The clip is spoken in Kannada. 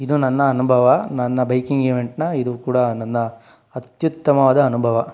ಇದು ನನ್ನ ಅನುಭವ ನನ್ನ ಬೈಕಿಂಗ್ ಇವೆಂಟ್ನ ಇದು ಕೂಡ ನನ್ನ ಅತ್ಯುತ್ತಮವಾದ ಅನುಭವ